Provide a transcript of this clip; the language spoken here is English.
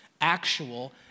actual